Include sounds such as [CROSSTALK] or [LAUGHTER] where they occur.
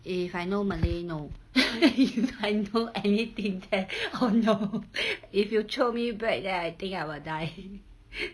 if I know malay no [LAUGHS] if I know anything there oh no [LAUGHS] if you throw me back then I think I will die [LAUGHS]